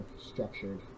structured